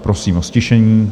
Prosím o ztišení.